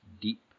deep